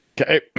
Okay